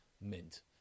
mint